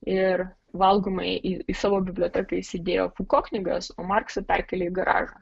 ir valgomąjį į savo biblioteką įsidėjo fuko knygas o marksą perkėlė į garažą